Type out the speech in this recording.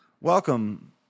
welcome